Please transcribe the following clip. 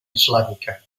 islàmica